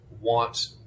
want